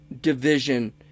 division